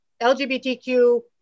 LGBTQ